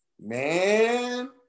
Man